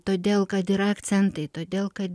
todėl kad yra akcentai todėl kad